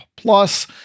Plus